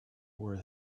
were